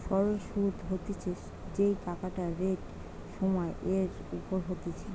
সরল সুধ হতিছে যেই টাকাটা রেট সময় এর ওপর হতিছে